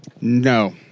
No